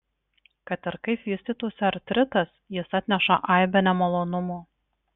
kad ir kaip vystytųsi artritas jis atneša aibę nemalonumų